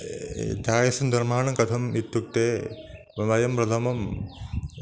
चायस्य निर्माणं कथम् इत्युक्ते वयं प्रथमं